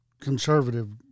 conservative